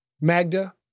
Magda